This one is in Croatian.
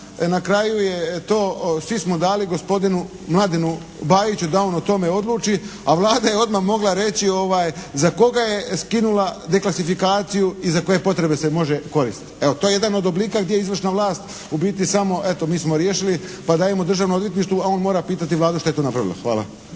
Na kraju je to, svi smo dali gospodinu Mladenu Bajiću da on o tome odluči, a Vlada je odmah mogla reći za koga je skinula deklasifikaciju i za koje potrebe se može koristiti. Evo to je jedan od oblika gdje je izvršna vlast, u biti samo eto mi smo riješili pa dajmo državnom odvjetništvu a on mora pitati Vladu šta je to napravila. Hvala.